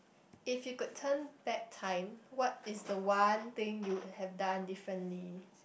if you could turn back time what is the one thing you would have done differently